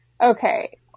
okay